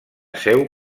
seu